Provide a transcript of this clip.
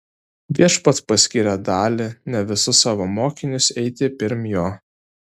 viešpats paskyrė dalį ne visus savo mokinius eiti pirm jo